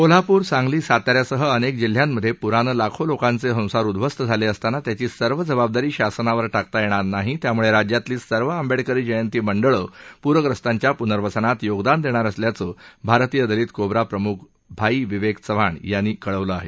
कोल्हापूर सांगली साताऱ्यासह अनेक जिल्ह्यांमधे पुरानं लाखो लोकांचे संसार उदध्वस्त झाले असताना त्याची सर्व जबाबदारी शासनावर टाकता येणार नाही त्यामुळे राज्यातली सर्व आंबेडकरी जयंती मंडळं प्रग्रस्तांच्या प्नर्वसनात योगदान देणार असल्याचं भारतीय दलित कोब्रा प्रम्ख भाई विवेक चव्हाण यांनी कळवलं आहे